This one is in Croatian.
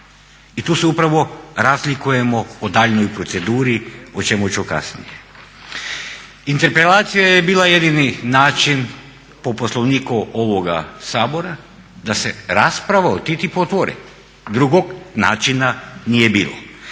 i tu se upravo razlikujemo u daljnjoj proceduri o čemu ću kasnije. Interpelacija je bila jedini način po Poslovniku ovoga Sabora, da se rasprava o TTIP-u otvori, drugog načina nije bilo.